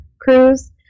cruise